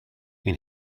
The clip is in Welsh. ein